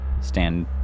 Stand